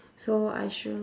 so I shall